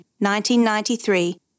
1993